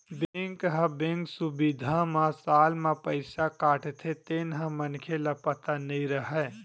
bank ह bank सुबिधा म साल म पईसा काटथे तेन ह मनखे ल पता नई रहय